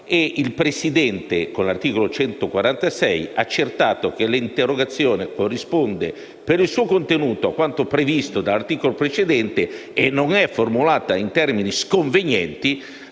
il Presidente, in base all'articolo 146, accertato che l'interrogazione corrisponde per il suo contenuto a quanto previsto dall'articolo precedente e non è formulata in termini sconvenienti,